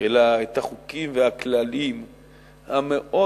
אלא את החוקים והכללים המורכבים